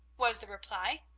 was the reply.